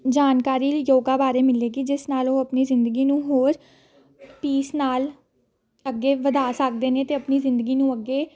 ਜਾਣਕਾਰੀ ਯੋਗਾ ਬਾਰੇ ਮਿਲੇਗੀ ਜਿਸ ਨਾਲ ਉਹ ਆਪਣੀ ਜ਼ਿੰਦਗੀ ਨੂੰ ਹੋਰ ਪੀਸ ਨਾਲ ਅੱਗੇ ਵਧਾ ਸਕਦੇ ਨੇ ਅਤੇ ਆਪਣੀ ਜ਼ਿੰਦਗੀ ਨੂੰ ਅੱਗੇ